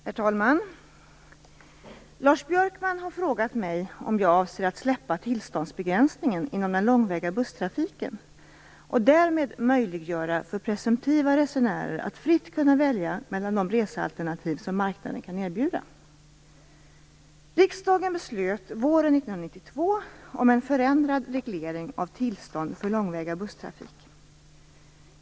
Herr talman! Lars Björkman har frågat mig om jag avser att släppa tillståndsbegränsningen inom den långväga busstrafiken och därmed möjliggöra för presumtiva resenärer att fritt välja mellan de resealternativ som marknaden kan erbjuda. Riksdagen beslöt våren 1992 om en förändrad reglering av tillstånd för långväga busstrafik.